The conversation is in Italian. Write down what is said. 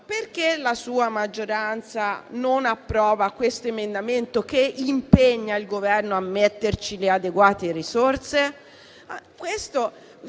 perché la sua maggioranza non approva questo emendamento che impegna il Governo a mettere le adeguate risorse?